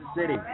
City